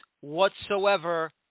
whatsoever